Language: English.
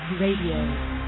Radio